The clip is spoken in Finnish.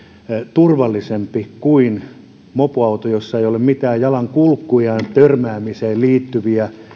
turvallisempi kuin mopoauto jossa ei ole mitään jalankulkijaan törmäämiseen liittyviä